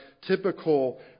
typical